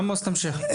עמוס, תמשיך.